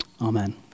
Amen